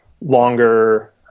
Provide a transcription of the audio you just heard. longer